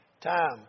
Time